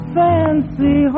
fancy